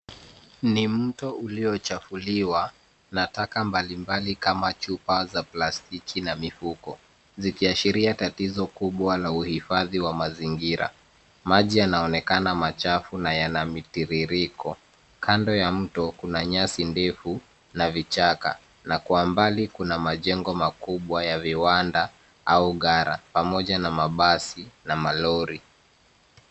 Ni mto uliochafuliwa na taka mbalimbali kama chupa za plastiki na mifuko, zikiashiria tatizo kubwa la uhifadhi wa mazingira. Maji yanaonekana machafu na yana mitiririko. Kando ya mto, kuna nyasi ndefu na vichaka na kwa mbali kuna majengo makubwa ya viwanda au gara pamoja na mabasi na malori.